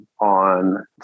on